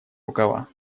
рукава